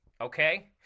okay